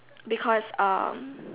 because um